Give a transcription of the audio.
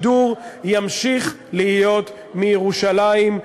ימשיך להיות מירושלים,